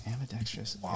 Ambidextrous